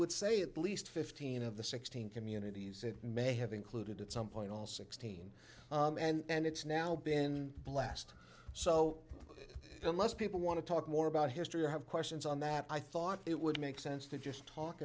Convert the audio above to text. would say at least fifteen of the sixteen communities it may have included at some point all sixteen and it's now been blessed so unless people want to talk more about history or have questions on that i thought it would make sense to just talk